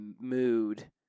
mood